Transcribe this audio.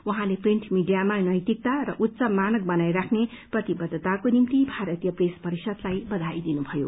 उहाँले प्रिन्ट मीडियामा नैतिकता र उच्च मानक बनाइराख्ने प्रतिबद्धताको निम्ति भारतीय प्रेस परिषदलाई बथाइ दिनुभयो